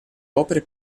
opere